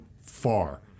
far